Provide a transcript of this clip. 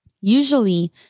Usually